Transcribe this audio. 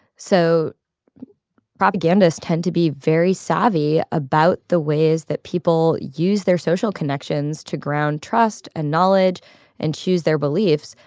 so propagandists tend to be very savvy about the ways that people use their social connections to ground trust and knowledge and choose their beliefs.